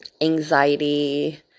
anxiety